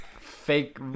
fake